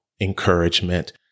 encouragement